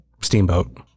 steamboat